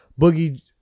Boogie